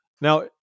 Now